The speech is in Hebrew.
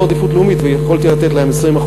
עדיפות לאומית ויכולתי לתת להם 20%,